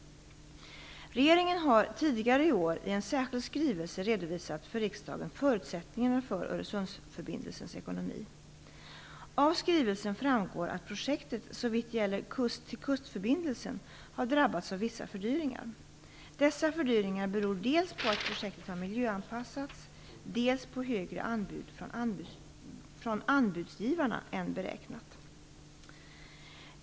Regeringen har tidigare i år i en särskild skrivelse redovisat för riksdagen förutsättningarna för Öresundsförbindelsens ekonomi. Av skrivelsen framgår att projektet, såvitt gäller kust till kust-förbindelsen, har drabbats av vissa fördyringar. Dessa fördyringar beror dels på att projektet har miljöanpassats, dels på högre anbud från anbudsgivarna än beräknat.